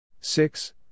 Six